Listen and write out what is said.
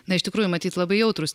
na iš tikrųjų matyt labai jautrūs